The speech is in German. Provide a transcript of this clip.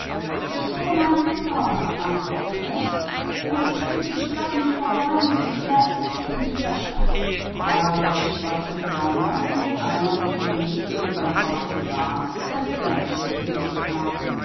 ich suche nach meiner mutter antwortete es und ich bitte euch laßt mich hinein denn es kann sein daß sie in dieser stadt ist aber sie verhöhnten es und einer von ihnen schüttelte seinen schwarzen bart setzte seinen schild nieder und